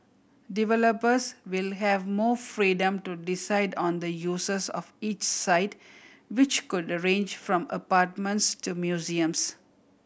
developers will have more freedom to decide on the uses of each site which could arange from apartments to museums